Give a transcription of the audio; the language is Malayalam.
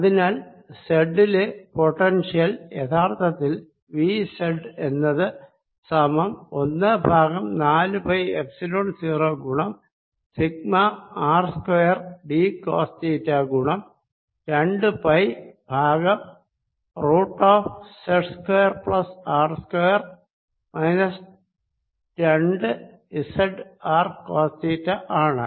അതിനാൽ സെഡിലെ പൊട്ടൻഷ്യൽ യഥാർത്ഥത്തിൽ V z എന്നത് സമം ഒന്ന് ബൈ നാലു പൈ എപ്സിലോൺ 0 ഗുണം sigma R square d cos theta ഗുണം രണ്ട് pi by root of z square plus R square minus രണ്ട് z R കോസ് തീറ്റ ആണ്